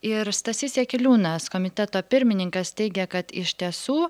ir stasys jakeliūnas komiteto pirmininkas teigia kad iš tiesų